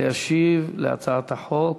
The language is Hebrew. להשיב על הצעת החוק.